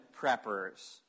preppers